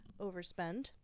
overspend